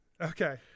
Okay